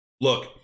Look